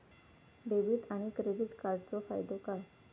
Debit आणि credit कार्डचो फायदो काय?